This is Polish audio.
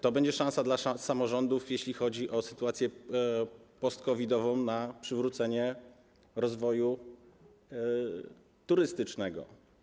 To będzie szansa dla samorządów, jeśli chodzi o sytuację post-COVID-ową, na przywrócenie rozwoju turystycznego.